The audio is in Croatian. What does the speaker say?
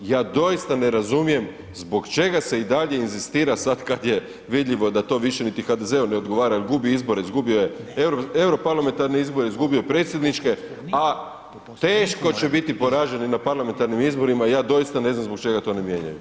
Ja doista ne razumijem zbog čega se i dalje inzistira sad kad je vidljivo da to više ni HDZ-u ne odgovara jer gubi izbore, izgubio je euro parlamentarne izbore, izgubio predsjedničke, a teško će biti poraženi na parlamentarnim izborima, ja doista ne znam zbog čega to ne mijenjaju.